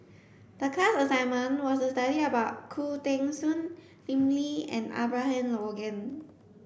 the class assignment was to study about Khoo Teng Soon Lim Lee and Abraham Logan